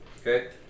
Okay